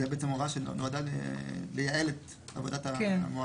זאת הוראה שנועדה לייעל את עבודת המועצה.